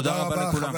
תודה רבה לכולם.